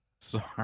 Sorry